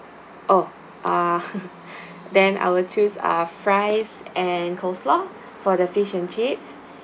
oh ah then I'll choose a fries and coleslaw for the fish and chips